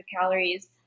calories